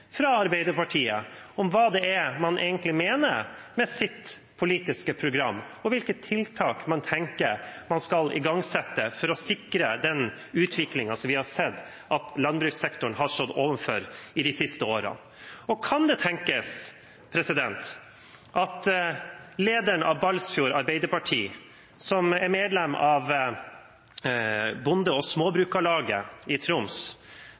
fra Arbeiderpartiet om hva det er man egentlig mener med sitt politiske program, og hvilke tiltak man tenker man skal igangsette for å sikre den utviklingen som vi har sett at landbrukssektoren har stått overfor de siste årene. Kan det tenkes at lederen av Balsfjord Arbeiderparti, som er medlem av Bonde- og Småbrukarlaget i Troms,